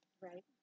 Right